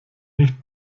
nicht